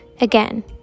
Again